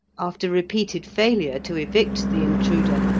after repeated failure to evict the intruder,